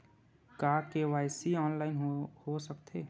का KYC online हो सकथे?